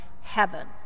heaven